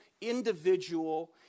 individual